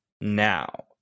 now